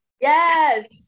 Yes